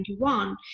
2021